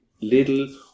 little